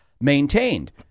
maintained